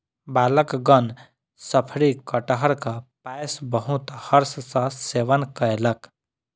बालकगण शफरी कटहरक पायस बहुत हर्ष सॅ सेवन कयलक